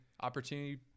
opportunity